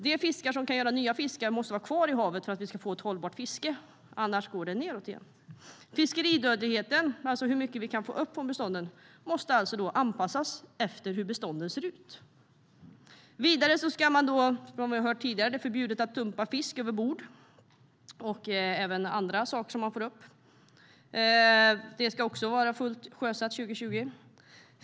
De fiskar som kan göra nya fiskar måste vara kvar i havet för att vi ska få ett hållbart fiske. Annars går det nedåt igen. Fiskeridödligheten, alltså hur mycket av bestånden vi kan få upp, måste anpassas efter hur bestånden ser ut. Vidare är det förbjudet att dumpa fisk över bord. Det gäller även annat som man får upp. Också det ska vara helt sjösatt år 2020.